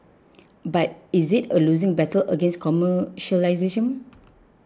but is it a losing battle against commercialism